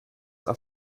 auf